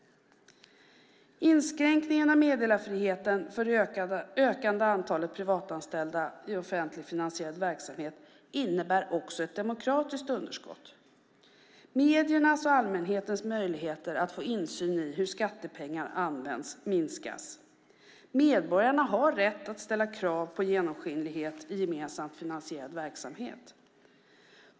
Inskränkningen av meddelarfriheten för det ökande antalet privatanställda i offentligfinansierad verksamhet innebär ett demokratiskt underskott. Mediernas och allmänhetens möjligheter att få insyn i hur skattepengar används minskas. Medborgarna har rätt att ställa krav på genomskinlighet i gemensamt finansierad verksamhet.